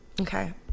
Okay